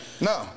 No